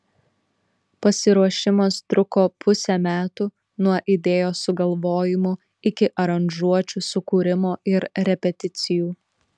pasiruošimas truko pusę metų nuo idėjos sugalvojimo iki aranžuočių sukūrimo ir repeticijų